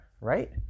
right